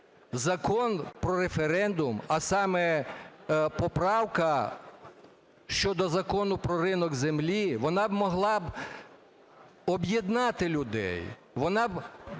Закон про референдум, а саме поправка щодо Закону про ринок землі, вона б могла б об'єднати людей,